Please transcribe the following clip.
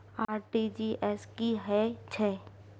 RTG S की है छै?